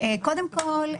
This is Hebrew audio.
קודם כול,